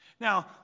Now